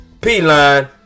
P-Line